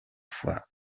fois